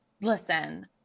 listen